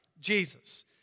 Jesus